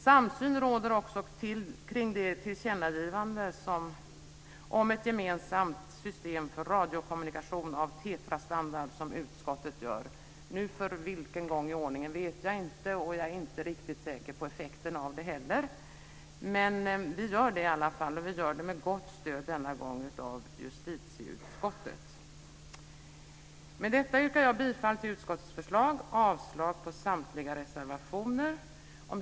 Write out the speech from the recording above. Det råder också samsyn kring det tillkännagivande om ett gemensamt system för radiokommunikation av TETRA-standard som utskottet gör, nu för vilken gång i ordningen vet jag inte. Jag är inte riktigt säker på effekten av det heller. Men vi gör detta i alla fall, och den här gången gör vi det med gott stöd av justitieutskottet. Med detta yrkar jag bifall till utskottets förslag och avslag på samtliga reservationer.